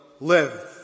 live